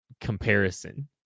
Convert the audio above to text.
comparison